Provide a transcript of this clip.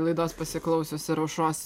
laidos pasiklausius ir aušros